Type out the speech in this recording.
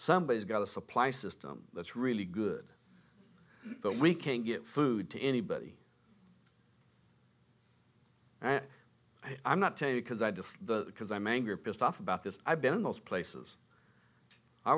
somebody's got a supply system that's really good but we can't get food to anybody and i'm not tell you because i just the because i'm angry or pissed off about this i've been in those places i